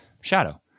shadow